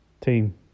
team